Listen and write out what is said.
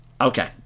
Okay